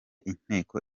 inteko